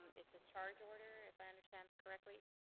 it's a charge order if i understand correctly.